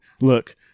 look